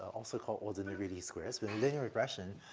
also called ordinary least squares. with linear regression,